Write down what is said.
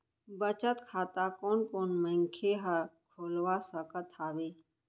बचत खाता कोन कोन मनखे ह खोलवा सकत हवे?